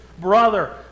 brother